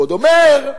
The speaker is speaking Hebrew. ועוד אומר: